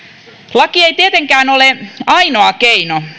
laki ei tietenkään ole ainoa keino